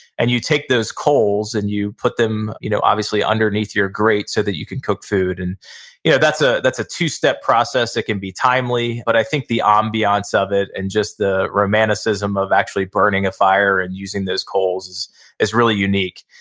and you take those coals and you put them, you know obviously underneath obviously underneath your grate so that you can cook food, and yeah that's ah that's a two-step process. it can be timely, but i think the ambiance of it and just the romanticism of actually burning a fire and using those coals is really unique.